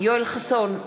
יואל חסון,